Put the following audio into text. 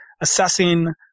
assessing